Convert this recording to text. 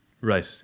Right